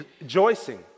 rejoicing